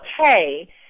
okay